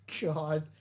God